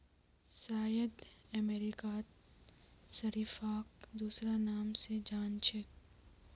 शायद अमेरिकात शरीफाक दूसरा नाम स जान छेक